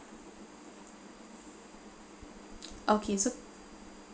okay so